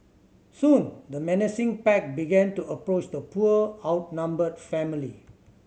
soon the menacing pack began to approach the poor outnumbered family